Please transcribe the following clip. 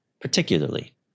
particularly